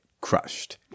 crushed